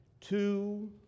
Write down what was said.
Two